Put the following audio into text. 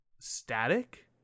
static